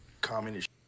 communist